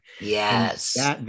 Yes